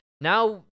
Now